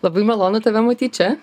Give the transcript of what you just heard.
labai malonu tave matyt čia